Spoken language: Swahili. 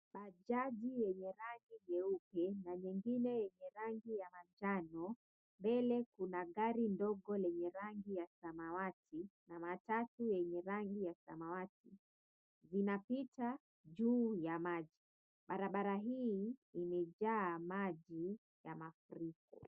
Bajaji yenye rangi nyeupe na nyengine yenye rangi ya manjano. Mbele kuna gari ndogo lenye rangi ya samawati na matatu yenye rangi ya samawati zinapita juu ya maji. Barabara hii imejaa maji ya mafuriko.